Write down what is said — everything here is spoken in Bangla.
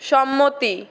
সম্মতি